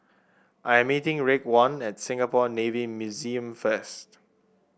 I'm meeting Raekwon at Singapore Navy Museum first